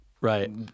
right